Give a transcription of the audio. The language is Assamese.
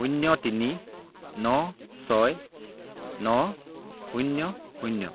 শূন্য তিনি ন ছয় ন শূন্য শূন্য